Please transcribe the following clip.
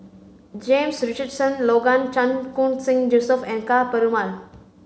James Richardson Logan Chan Khun Sing Joseph and Ka Perumal